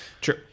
True